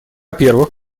первых